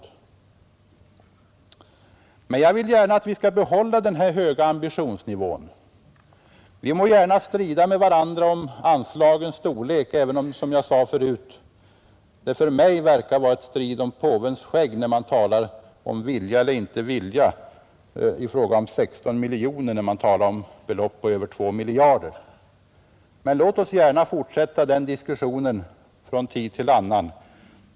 Vi skall behålla den här höga ambitionsnivån. Vi må gärna strida med varandra om anslagens storlek. Att tala om vilja eller inte vilja när skillnaden gäller 16 miljoner på en totalsumma av över två miljarder, verkar vara en tvist om påvens skägg. Men låt oss gärna fortsätta diskussionen från tid till annan.